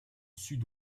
sud